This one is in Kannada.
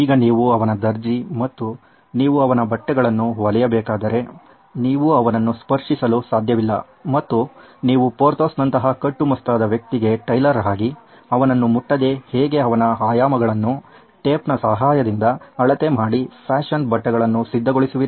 ಈಗ ನೀವು ಅವನ ದರ್ಜಿ ಮತ್ತು ನೀವು ಅವನ ಬಟ್ಟೆಗಳನ್ನು ಹೊಲಿಯಬೇಕಾದರೆ ನೀವು ಅವನ್ನು ಸ್ಪರ್ಶಿಸಲು ಸಾಧ್ಯವಿಲ್ಲ ಮತ್ತು ನೀವು ಪೊರ್ಥೋಸ್ನಂತಹ ಕಟ್ಟುಮಸ್ತಾದ ವ್ಯಕ್ತಿಗೆ ಟೈಲರ್ ಆಗಿ ಅವನ್ನು ಮುಟ್ಟದೇ ಹೇಗೆ ಅವನ ಆಯಾಮಗಳನ್ನು ಟೇಪ್ನ ಸಹಾಯದಿಂದ ಅಳತೆ ಮಾಡಿ ಫ್ಯಾಶನ್ ಬಟ್ಟೆಗಳನ್ನು ಸಿದ್ಧಗೊಳಿಸುವಿರಿ